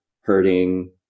hurting